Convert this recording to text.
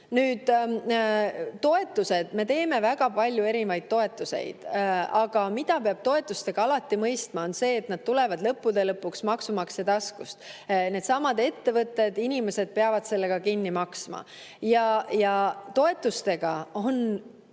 toetused. Me teeme väga palju erinevaid toetusi. Aga mida peab toetuste puhul alati mõistma, on see, et nad tulevad lõppude lõpuks maksumaksja taskust. Needsamad ettevõtted, inimesed peavad selle ka kinni maksma. Ja toetustega on